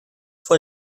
for